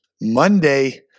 Monday